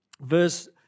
verse